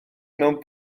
mewn